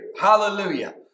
hallelujah